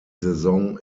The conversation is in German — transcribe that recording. saison